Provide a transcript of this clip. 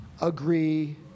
agree